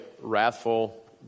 wrathful